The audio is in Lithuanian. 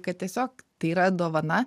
kad tiesiog tai yra dovana